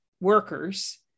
workers